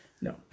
No